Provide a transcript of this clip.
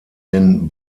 den